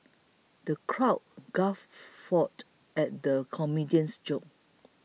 the crowd guffawed at the comedian's jokes